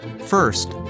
First